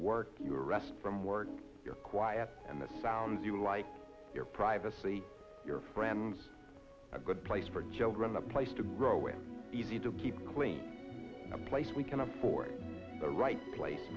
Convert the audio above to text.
work your rest from work your quiet and the sound you like your privacy your friends a good place for children a place to grow with easy to keep clean a place we can afford the right place